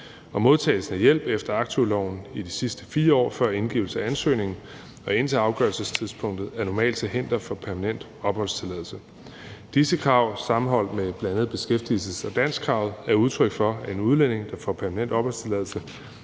og modtagelsen af hjælp efter aktivloven i de sidste 4 år før indgivelsen af ansøgningen og indtil afgørelsestidspunktet er normalt til hinder for permanent opholdstilladelse. Disse krav sammenholdt med bl.a. beskæftigelses- og danskkravet er udtryk for, at en udlænding, der får permanent opholdstilladelse,